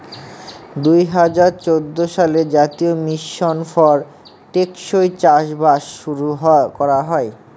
দুই হাজার চৌদ্দ সালে জাতীয় মিশন ফর টেকসই চাষবাস শুরু করা হয়